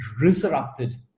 resurrected